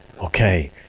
okay